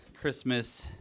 Christmas